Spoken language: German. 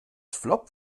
flop